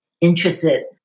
interested